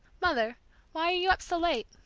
mother why are you up so late?